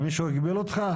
מישהו הגביל אותך?